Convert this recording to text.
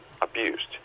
abused